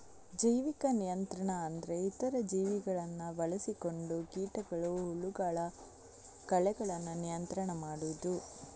ಜೈವಿಕ ನಿಯಂತ್ರಣ ಅಂದ್ರೆ ಇತರ ಜೀವಿಗಳನ್ನ ಬಳಸಿಕೊಂಡು ಕೀಟಗಳು, ಹುಳಗಳು, ಕಳೆಗಳನ್ನ ನಿಯಂತ್ರಣ ಮಾಡುದು